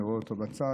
אני רואה אותו בצד.